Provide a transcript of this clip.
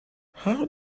how